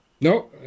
No